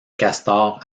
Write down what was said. castor